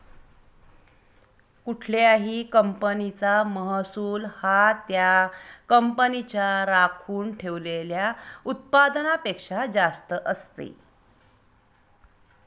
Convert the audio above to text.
कुठल्याही कंपनीचा महसूल हा त्या कंपनीच्या राखून ठेवलेल्या उत्पन्नापेक्षा जास्त असते